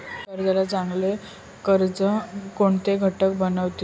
कर्जाला चांगले कर्ज कोणते घटक बनवितात?